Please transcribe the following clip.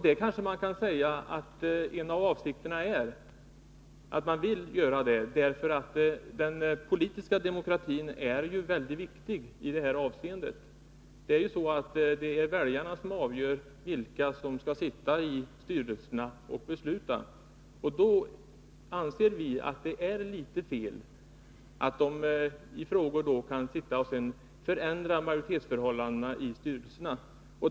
Det kanske man kan säga är en av avsikterna. Vi vill göra det, därför att den politiska demokratin i detta avseende är väldigt viktig. Det är ju väljarna som avgör vilka som skall sitta i styrelserna och besluta, och då anser vi att det är litet fel att personalen i olika frågor kan förändra majoritetsförhållandena i styrelserna.